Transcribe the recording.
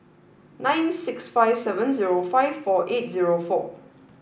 nine six five seven zero five four eight zero four